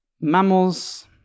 mammals